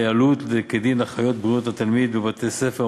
אלו"ט כדין אחיות בריאות התלמיד בבתי-ספר,